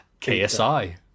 KSI